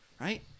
right